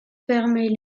fermée